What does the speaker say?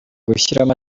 gushyiraho